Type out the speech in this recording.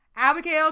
Abigail